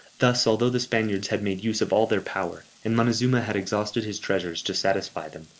thus, although the spaniards had made use of all their power, and montezuma had exhausted his treasures to satisfy them,